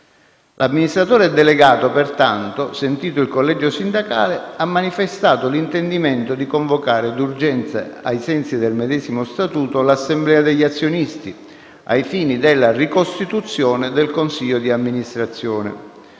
L'amministratore delegato, pertanto, sentito il collegio sindacale, ha manifestato l'intendimento di convocare d'urgenza, ai sensi del medesimo statuto, l'assemblea degli azionisti ai fini della ricostituzione del consiglio di amministrazione.